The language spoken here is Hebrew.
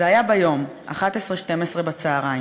זה היה ביום, 11:00 12:00 בצהריים.